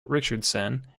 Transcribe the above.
richardson